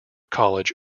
college